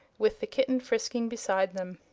with the kitten frisking beside them.